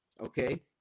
Okay